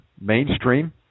mainstream